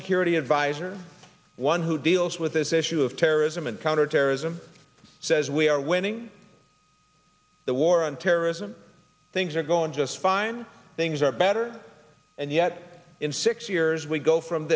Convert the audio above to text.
security advisor one who deals with this issue of terrorism and counterterrorism says we are winning the war on terrorism things are going just fine things are better and yet in six years we go from